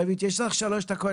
רוית, יש לך שלוש דקות.